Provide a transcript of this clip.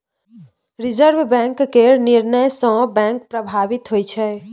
reserve bank केर निर्णय सँ बैंक प्रभावित होइ छै